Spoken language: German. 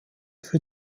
für